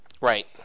Right